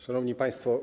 Szanowni Państwo!